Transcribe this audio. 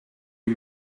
you